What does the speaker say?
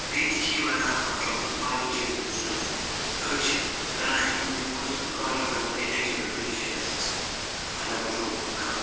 بیٚیہِ تہِ چھِ یہِ لَگان مطلب باقین چیٖزن تہِ ضوٚرَتھ أڑۍ چھِ کَران اَمیُک یوٗز گاڈٕ رٹنہٕ وَرٲے اَکہِ جایہِ پٮ۪ٹھ بیٚکِس جایہِ گژھنس تہِ اگر مطلب کانٛہہ